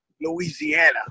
Louisiana